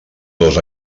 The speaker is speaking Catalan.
dos